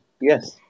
Yes